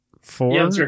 four